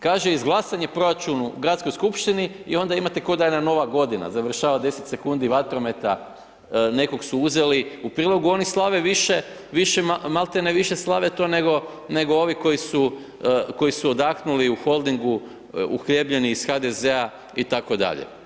Kaže, izglasan je proračun u gradskoj skupštini i onda imate kao da je Nova godina, završava 10 sekundi vatrometa nekog su uzeli, u prilogu oni slave, više, maltene više slave to nego ovi koji su odahnuli u Holdingu uhljebljeni iz HDZ-a itd.